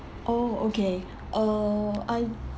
oh okay uh I